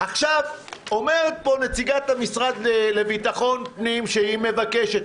אומרת פה נציגת המשרד לביטחון פנים שהיא מבקשת,